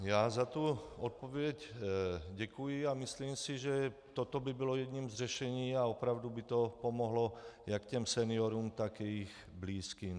Já za tu odpověď děkuji a myslím si, že toto by bylo jedním z řešení a opravdu by to pomohlo jak seniorům, tak jejich blízkým.